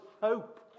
hope